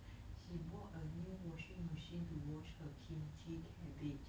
she bought a new washing machine to wash her kimchi cabbage